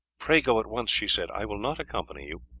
pray go at once, she said i will not accompany you,